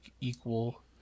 equal